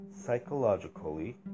psychologically